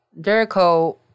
Jericho